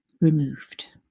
removed